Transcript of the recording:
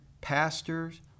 pastors